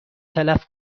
تلف